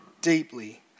deeply